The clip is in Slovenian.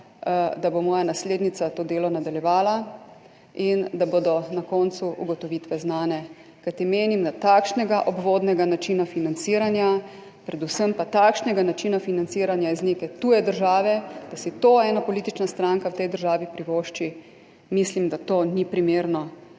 da bo moja naslednica to delo nadaljevala in da bodo na koncu ugotovitve znane. Kajti menim, da takšnega obvodnega načina financiranja, predvsem pa takšnega načina financiranja iz neke tuje države, da si to ena politična stranka v tej državi privošči – mislim, da to ni primerno.